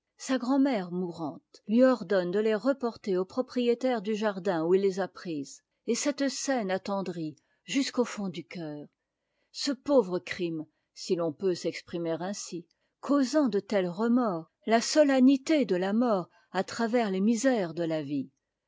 sa grand'mère mourante lui ordonne de les reporter au propriétaire du jardin où il les a prises et cette scène attendrit jusqu'au fond du cœur ce pauvre crime si l'on peut s'exprimer ainsi causant de tels remords la solennité de la mort à travers les misères de la vie